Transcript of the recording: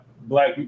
black